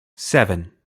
seven